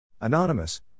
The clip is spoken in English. Anonymous